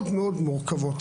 מאוד מאוד מורכבות.